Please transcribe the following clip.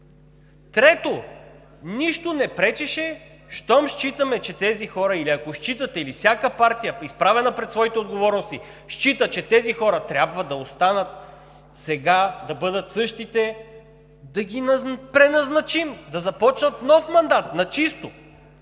Трето, нищо не пречеше, щом считаме, че тези хора, или ако считате, или всяка партия, изправена пред своите отговорности счита, че тези хора трябва да останат, да бъдат същите, да ги преназначим. Да започнат нов мандат, на чисто.